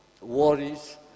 worries